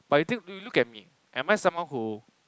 but you think look at me am I someone who